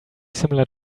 similar